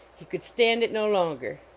he could stand it no longer.